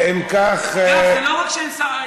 אם כך, אגב, זה לא רק שאין שר.